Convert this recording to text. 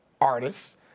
artists